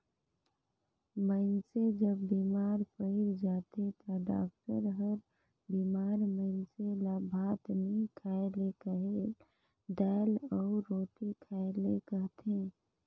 मइनसे जब बेमार पइर जाथे ता डॉक्टर हर बेमार मइनसे ल भात नी खाए ले कहेल, दाएल अउ रोटी खाए ले कहथे